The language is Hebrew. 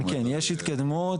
כן, כן יש התקדמות.